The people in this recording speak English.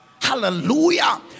Hallelujah